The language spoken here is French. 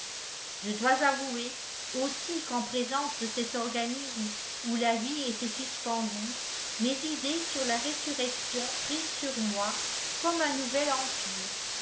je dois avouer aussi qu'en présence de cet organisme où la vie était suspendue mes idées sur la résurrection prirent sur moi comme un nouvel empire